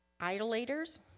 idolaters